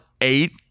eight